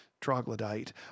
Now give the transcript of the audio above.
troglodyte